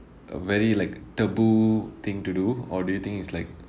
a very like taboo thing to do or do you think it's like